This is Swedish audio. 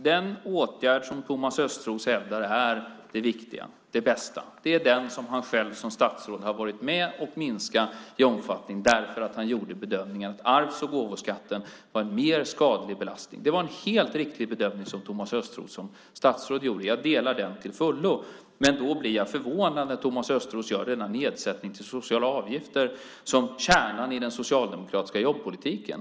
Den åtgärd som Thomas Östros hävdar är den viktiga och den bästa är den som han själv som statsråd har varit med och minskat i omfattning därför att han gjorde bedömningen att arvs och gåvoskatten var en mer skadlig belastning. Det var en helt riktig bedömning som Thomas Östros som statsråd gjorde. Jag delar den till fullo. Men jag blir förvånad när Thomas Östros gör denna nedsättning av sociala avgifter till kärnan i den socialdemokratiska jobbpolitiken.